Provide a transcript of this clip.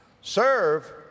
serve